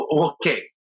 okay